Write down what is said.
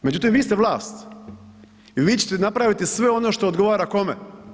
Međutim vi ste vlast i vi ćete napraviti sve ono što odgovara kome?